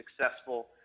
successful